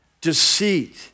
deceit